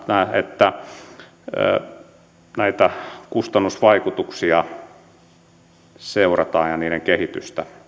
että näitä kustannusvaikutuksia ja niiden kehitystä